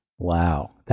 Wow